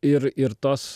ir ir tos